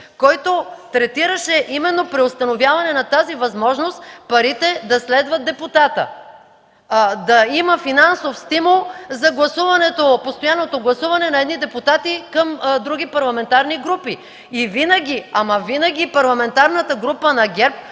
Той третираше именно преустановяване на тази възможност парите да следват депутата, да има финансов стимул за постоянното гласуване на едни депутати към други парламентарни групи. Винаги, ама винаги Парламентарната група на ГЕРБ